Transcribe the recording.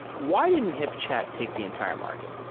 why didn't hipchat take the entire market?